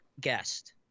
guest